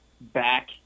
back